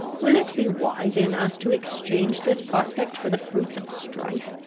will it be wise in us to exchange this prospect for the fruits of strife?